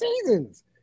seasons